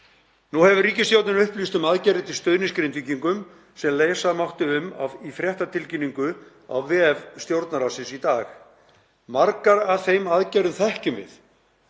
Nú hefur ríkisstjórnin upplýst um aðgerðir til stuðnings Grindvíkingum sem lesa mátti um í fréttatilkynningu á vef Stjórnarráðsins í dag. Margar af þeim aðgerðum þekkjum við